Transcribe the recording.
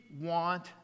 want